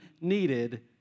needed